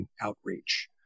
outreach